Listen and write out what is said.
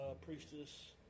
priestess